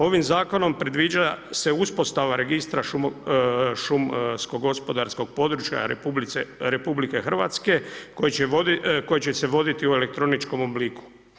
Ovim zakonom predviđa se uspostava registra šumsko gospodarskog područja RH koji će se voditi u elektroničkom obliku.